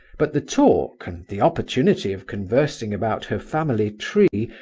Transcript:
but the talk, and the opportunity of conversing about her family tree,